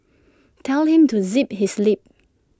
tell him to zip his lip